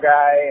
Guy